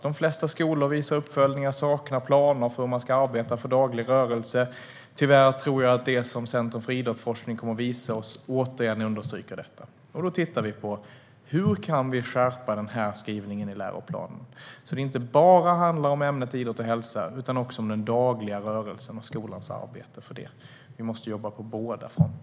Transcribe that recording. Uppföljningar visar att de flesta skolor saknar planer för hur man ska arbeta för daglig rörelse. Tyvärr tror jag att det som Centrum för idrottsforskning kommer att visa oss återigen understryker detta. Vi tittar vi på hur vi kan skärpa denna skrivning i läroplanen, så att det inte bara handlar om ämnet idrott och hälsa utan också om den dagliga rörelsen och om skolans arbete för detta. Vi måste jobba på båda fronterna.